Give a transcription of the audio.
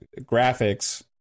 graphics